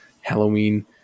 halloween